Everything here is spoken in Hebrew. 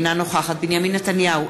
אינה נוכחת בנימין נתניהו,